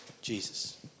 Jesus